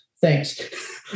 Thanks